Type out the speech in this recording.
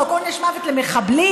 חוק עונש מוות למחבלים,